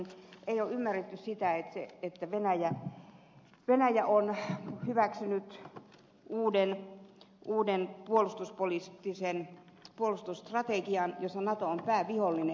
ei ole ymmärretty sitä että venäjä on hyväksynyt uuden puolustusstrategian jossa nato on päävihollinen